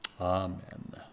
Amen